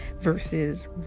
versus